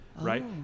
right